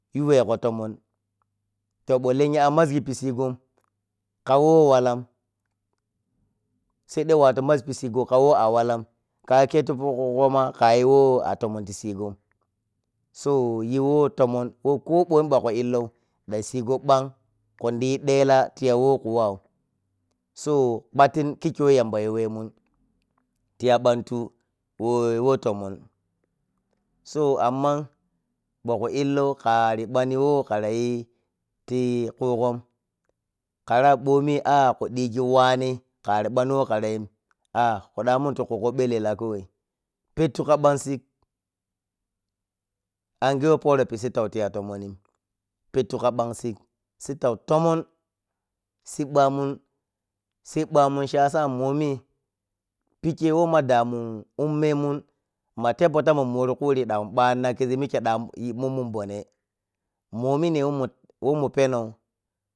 Yuwegho lonan to ɓo lengya a mazgi pisighom kha wowo wolam seɗe walo mapissigho kha wa a walam ka kyeiyi li po khugho ma ka yi wo a tomon ti pisigho him so yi uwo tomon, ko ɓomi ma khu illow ya sigho ɓabg, khundi yi dela tiya wowo khu waw so kpattin khikyeyi wwo yamba yuwemun tiya ɓantu wotomon so amman ɓo khu illow khari ɓan wo kharayi ti khughom, khara ɓomi a a khu dighi wane, kha ri ɓanwo khara yim, a khu ta munti khugho elellah wane pethu kha ɓang sig, sitta angha wo poro pi sittaw tomonim pettu kha ɓang sig, sittaw lomon so ɓamun si ɓ ɓamun shiyasa moni pikkye wo ma damun um me mom matema pota kadam kore immom bone wome peno.